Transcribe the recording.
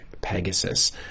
Pegasus